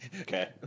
Okay